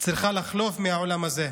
צריכה לחלוף מהעולם הזה.